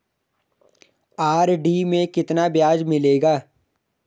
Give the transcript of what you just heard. RD में कितना ब्याज मिलेगा?